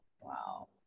wow